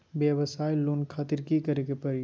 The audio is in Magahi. वयवसाय लोन खातिर की करे परी?